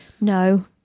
No